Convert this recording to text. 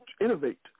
innovate